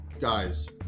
guys